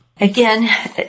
Again